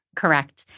correct.